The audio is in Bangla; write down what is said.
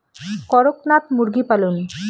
করকনাথ মুরগি পালন?